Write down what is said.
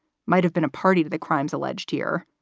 might have been a party to the crimes alleged here.